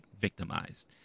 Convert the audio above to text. victimized